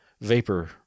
vapor